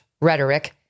rhetoric